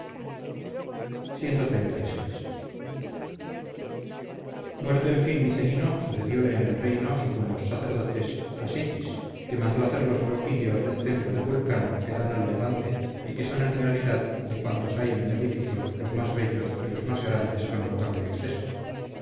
cxxxvi muerto en fin micerino sucedióle en el reino según los sacerdotes asiquis que mandó hacer los propíleos del templo de vulcano que dan al levante y que son en realidad de cuantos hay en el edificio los más bellos y los más grandes con notable exceso